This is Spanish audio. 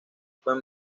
fue